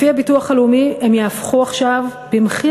לפי הביטוח הלאומי הם יהפכו עכשיו במחי